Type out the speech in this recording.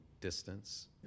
distance